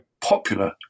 popular